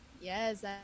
yes